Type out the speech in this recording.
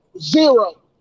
Zero